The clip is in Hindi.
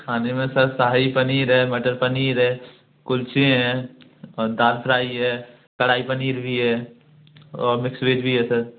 खाने में सर शाही पनीर है मटर पनीर है कुलचे हैं दाल फ़्राई है कड़ाई पनीर भी है और मिक्स वेज भी है सर